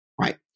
Right